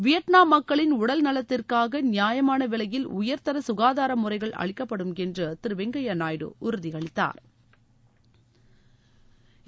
Vietnam மக்களின் உடல்நலத்திற்காக நியாயமான விலையில் உயர்தர சுகாதார முறைகள் அளிக்கப்படும் என்று திரு வெங்கையா நாயுடு உறுதி அளித்தாா்